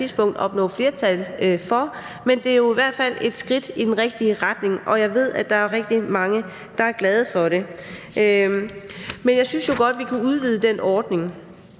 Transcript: tidspunkt kunne opnå flertal for. Men det er jo i hvert fald et skridt i den rigtige retning. Og jeg ved, at der er rigtig mange, der er glade for det, men jeg synes jo godt, at vi kan udvide den ordning.